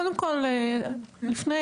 לפני